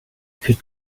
could